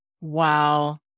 Wow